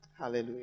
hallelujah